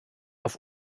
auf